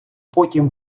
потім